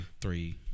three